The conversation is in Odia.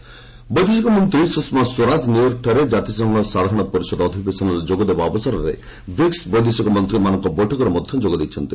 ସ୍ୱରାଜ ୟୁଏନ୍ ବୈଦେଶିକ ମନ୍ତ୍ରୀ ସୁଷମା ସ୍ୱରାଜ ନ୍ୟୟର୍କରେ କାତିସଂଘ ସାଧାରଣ ପରିଷଦ ଅଧିବେଶନରେ ଯୋଗ ଦେବା ଅବସରରେ ବ୍ରିକ୍ ବୈଦେଶିକ ମନ୍ତ୍ରୀମାନଙ୍କର ବୈଠକରେ ମଧ୍ୟ ଯୋଗ ଦେଇଛନ୍ତି